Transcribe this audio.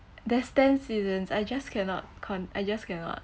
there's ten seasons I just cannot con~ I just cannot